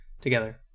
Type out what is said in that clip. together